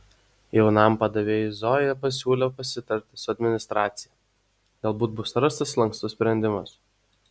jaunam padavėjui zoja pasiūlė pasitarti su administracija galbūt bus rastas lankstus sprendimas